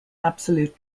absolute